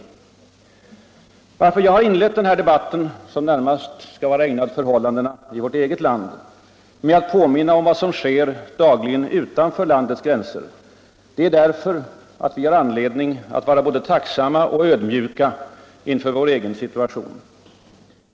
Orsaken till att jag inlett dagens debatt, som närmast är ägnad förhållandena i vårt eget land, med att påminna om vad som sker dagligen utanför landets gränser är att vi har anledning att vara både tacksamma och ödmjuka inför vår egen situation.